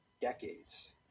decades